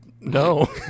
no